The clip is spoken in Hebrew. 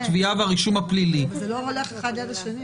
אנחנו נגיע ל-16 חודשים -- אנחנו נגיע כמעט ל-17 חודשים.